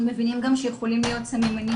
אנחנו גם מבינים שיכולים להיות סממנים